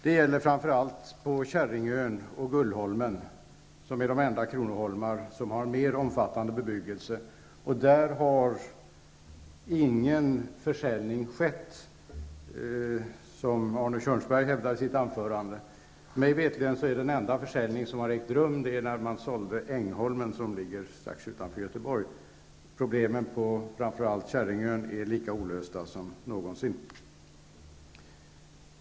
Detta gäller framför allt på Kärringön och Gullholmen, som är de enda kronoholmar som har någon mer omfattande bebyggelse. Där har ingen försäljning skett, som Arne Kjörnsberg hävdar i sitt anförande. Mig veterligt gäller den enda försäljning som ägt rum Ängholmen, som ligger strax utanför Göteborg. Problemen på framför allt Kärringön är lika olösta som någonsin tidigare.